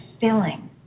filling